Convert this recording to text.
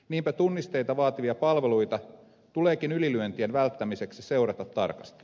niinpä tunnisteita vaativia palveluita tuleekin ylilyöntien välttämiseksi seurata tarkasti